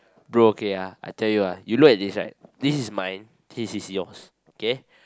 bro okay ah I tell you ah you look at this right this is my this is yours kay